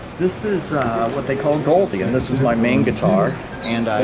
this is what they call goldy and this is my main guitar and